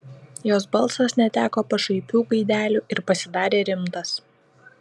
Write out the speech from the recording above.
jos balsas neteko pašaipių gaidelių ir pasidarė rimtas